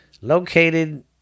located